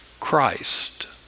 Christ